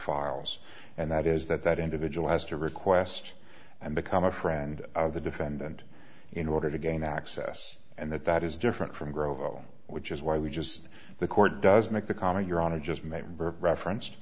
files and that is that that individual has to request and become a friend of the defendant in order to gain access and that that is different from grow which is why we just the court does make the comment your honor just made reference